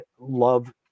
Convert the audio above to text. love